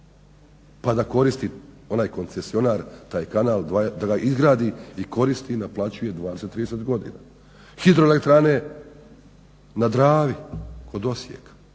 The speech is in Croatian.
pa da koristi onaj koncesionar taj kanal, da ga izgradi i koristi i naplaćuje 20, 30 godina? Hidroelektrane na Dravi kod Osijeka?